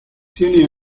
tiene